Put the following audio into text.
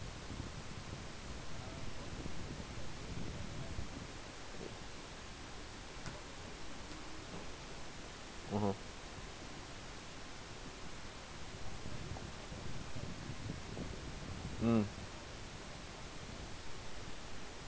mmhmm mm